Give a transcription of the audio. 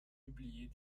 publier